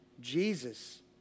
Jesus